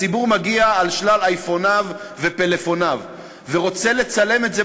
הציבור מגיע על שלל אייפוניו ופלאפוניו ורוצה לצלם את זה,